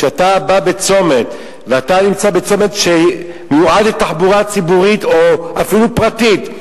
כשאתה נמצא בצומת שמיועד לתחבורה ציבורית או אפילו פרטית,